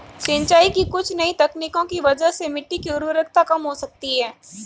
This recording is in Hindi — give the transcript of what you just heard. सिंचाई की कुछ नई तकनीकों की वजह से मिट्टी की उर्वरता कम हो सकती है